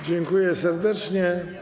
Dziękuję serdecznie.